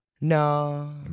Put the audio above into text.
No